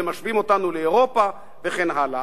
ומשווים אותנו לאירופה וכן הלאה.